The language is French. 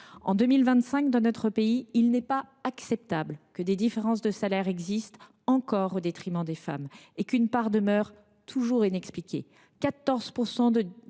En 2025, dans notre pays, il n’est pas acceptable que des différences de salaire existent encore au détriment des femmes et qu’une part demeure toujours inexpliquée